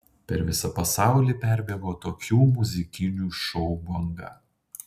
per visą pasaulį perbėgo tokių muzikinių šou banga